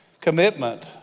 commitment